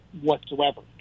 whatsoever